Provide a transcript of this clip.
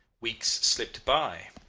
weeks slipped by.